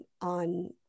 on